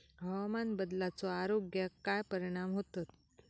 हवामान बदलाचो आरोग्याक काय परिणाम होतत?